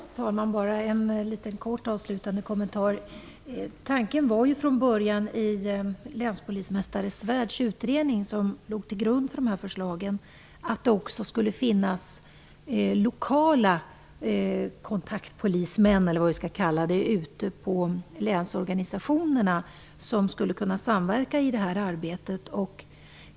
Fru talman! Bara en kort avslutande kommentar. Tanken var från början i länspolismästare Svärds utredning, som låg till grund för de här förslagen, att det också skulle finnas lokala kontaktpolismän - eller vad de nu skall kallas för - som ute hos länsorganisationerna skulle kunna samverka i detta arbete.